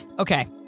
Okay